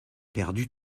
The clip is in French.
perdu